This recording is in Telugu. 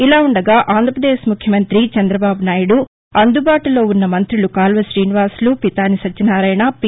ఇలావుండగాఆంధ్రప్రదేశ్ ముఖ్యమంత్రి చంద్రబాబునాయుడు అందుబాటులో ఉన్న మంతులు కాల్వ శ్రీనివాసులు పితాని సత్యనారాయణ పి